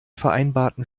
vereinbarten